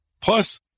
Plus